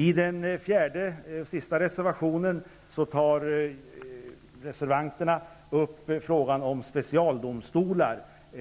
I reservation 4 tar vi reservanter upp frågan om specialdomstolar